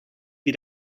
die